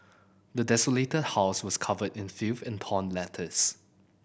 the desolated house was covered in filth and torn letters